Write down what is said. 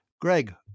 Greg